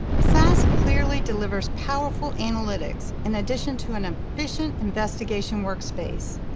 sas clearly delivers powerful analytics in addition to an efficient investigation workspace.